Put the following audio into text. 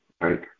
right